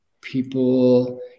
people